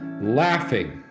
Laughing